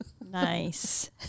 nice